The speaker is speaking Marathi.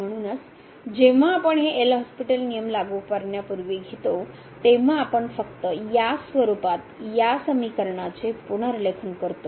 म्हणूनच जेव्हा आपण हे एल हॉस्पिटल नियम लागू करण्यापूर्वी घेतो तेव्हा आपण फक्त या स्वरूपात या समीकरणाचे पुनर्लेखन करतो